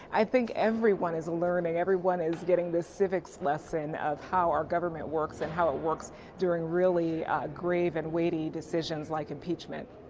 i think everyone is learning, everyone is getting the civics lesson of how our government works and how it works during really grave and weighty decisions like impeachment.